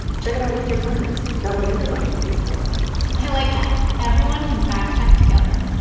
check it out with your friends. that way, everybody can be informed i like that. everyone can fact-check together.